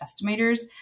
estimators